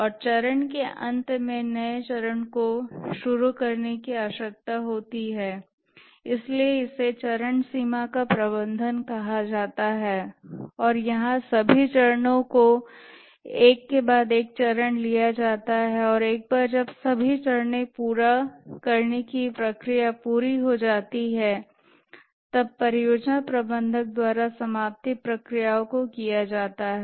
और चरण के अंत में नए चरण को शुरू करने की आवश्यकता होती है इसलिए इसे चरण सीमा का प्रबंधन कहा जाता है और यहां सभी चरणों को एक के बाद एक चरण लिया जाता है और एक बार जब सभी चरणों को पूरा करने की प्रक्रिया पूरी हो जाती है परियोजना प्रबंधक द्वारा समाप्ति प्रक्रियाओ को किया जाता है